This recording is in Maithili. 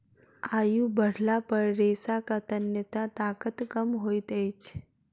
आयु बढ़ला पर रेशाक तन्यता ताकत कम होइत अछि